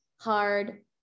hard